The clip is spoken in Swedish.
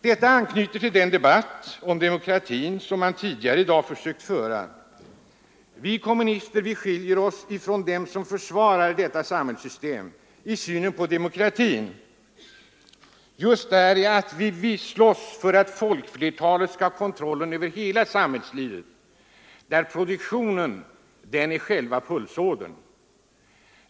Detta anknyter till den debatt om demokratin som man tidigare i dag försökt föra. Vi kommunister skiljer oss ifrån dem som försvarar detta samhällssystem i synen på demokratin just däri att vi slåss för att folkflertalet skall ha kontrollen över hela samhällslivet, där produktionen är själva pulsådern.